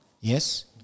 Yes